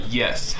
yes